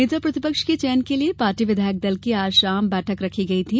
नेता प्रतिपक्ष के चयन के लिए पार्टी विधायक दल की आज शाम बैठक रखी गई थी